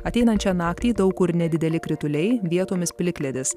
ateinančią naktį daug kur nedideli krituliai vietomis plikledis